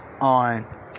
on